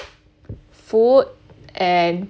food and